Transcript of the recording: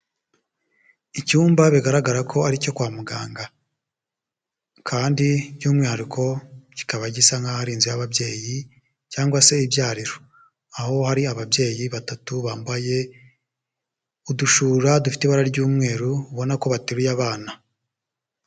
Icyumba bigaragara ko ari icyo kwa muganga kandi by'umwihariko kikaba gisa nk'aho ari inzu y'ababyeyi cyangwa se ibyariro, aho hari ababyeyi batatu bambaye udushura dufite ibara ry'umweru ubona ko bateruye abana.